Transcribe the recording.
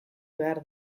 behar